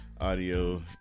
audio